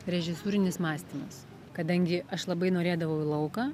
režisūrinis mąstymas kadangi aš labai norėdavau į lauką